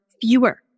fewer